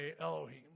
Elohim